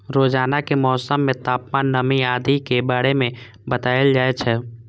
रोजानाक मौसम मे तापमान, नमी आदि के बारे मे बताएल जाए छै